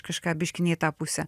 kažką biškį ne į tą pusę